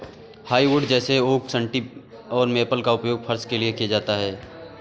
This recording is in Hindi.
हार्डवुड जैसे ओक सन्टी और मेपल का उपयोग फर्श के लिए किया जाता है